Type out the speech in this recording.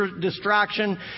distraction